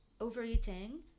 overeating